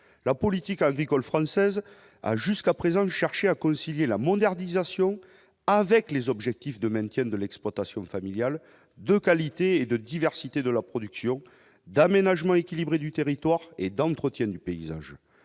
la politique agricole française a jusqu'à présent cherché à concilier la modernisation avec les objectifs de maintien de l'exploitation familiale de qualité et de diversité de la production d'aménagement équilibré du territoire et d'entretien du paysage,